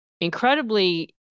incredibly